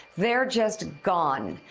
they're just gone.